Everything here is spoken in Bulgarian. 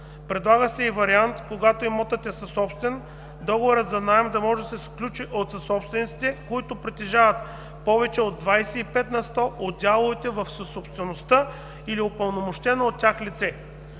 Предлага се и вариант, когато имотът е съсобствен, договорът за наем да може да се сключи от съсобствениците, които притежават повече от 25% от дяловете в съсобствеността или упълномощено от тях лице.